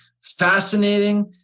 fascinating